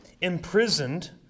imprisoned